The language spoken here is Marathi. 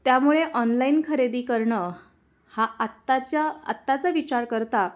त्यामुळे ऑनलाईन खरेदी करणं हा आत्ताच्या आत्ताचा विचार करता